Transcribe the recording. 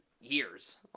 years